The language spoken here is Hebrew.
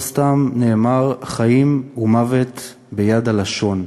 לא סתם נאמר חיים ומוות ביד הלשון.